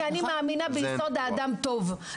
כי אני מאמינה שיסוד האדם הוא טוב,